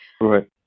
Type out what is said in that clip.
Right